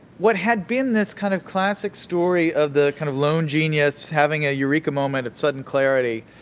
what had been this kind of classic story of the kind of lone genius having a eureka moment of sudden clarity,